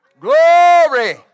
glory